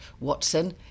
Watson